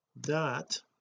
dot